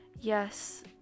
Yes